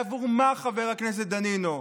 בעבור מה, חבר הכנסת דנינו?